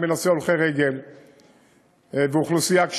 גם בנושא הולכי רגל ואוכלוסייה קשישה,